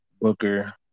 Booker